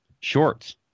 shorts